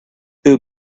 two